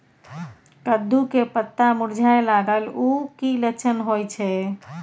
कद्दू के पत्ता मुरझाय लागल उ कि लक्षण होय छै?